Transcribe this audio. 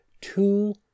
two